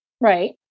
Right